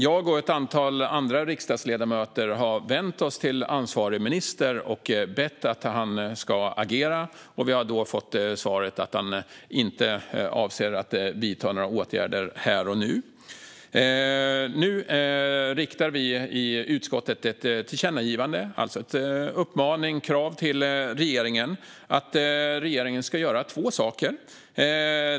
Jag och ett antal andra riksdagsledamöter har vänt oss till ansvarig minister och bett att han ska agera. Vi har då fått svaret att han inte avser att vidta några åtgärder här och nu. Nu riktar vi i utskottet ett tillkännagivande, alltså en uppmaning eller ett krav, till regeringen att man ska göra två saker.